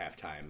halftime